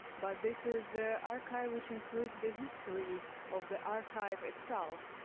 but this is the archive, which includes the history of the archive itself.